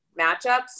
matchups